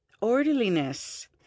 Orderliness